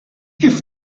kif